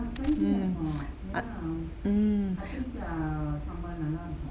mm mm